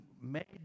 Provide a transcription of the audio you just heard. made